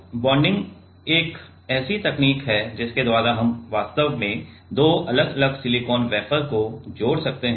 तो बॉन्डिंग एक ऐसी तकनीक है जिसके द्वारा हम वास्तव में दो अलग अलग सिलिकॉन वेफर को जोड़ सकते हैं